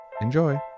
Enjoy